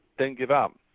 don't give up,